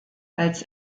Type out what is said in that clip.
als